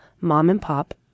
mom-and-pop